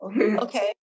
Okay